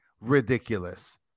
ridiculous